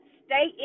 stay